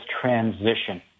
transition